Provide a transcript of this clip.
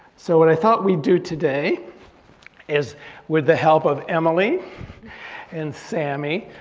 so what i thought we'd do today is with the help of emily and sammy,